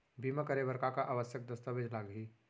बीमा करे बर का का आवश्यक दस्तावेज लागही